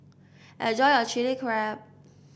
enjoy your Chili Crab